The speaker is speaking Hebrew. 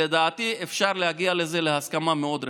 לדעתי, אפשר להגיע בזה להסכמה מאוד רחבה.